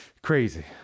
crazy